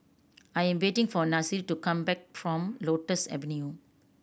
I am waiting for Nasir to come back from Lotus Avenue